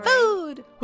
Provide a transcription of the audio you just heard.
Food